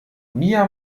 mia